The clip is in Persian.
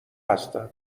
هستن